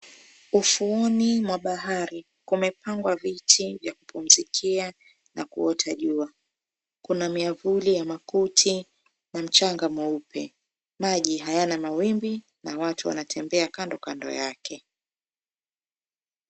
Ufuoni mwa bahari, kumepangwa viti vya kupumzikia na kuota jua. Kuna miavuli ya makuti na mchanga mweupe. Maji hayana mawimbi na watu wanatembea kando, kando yake.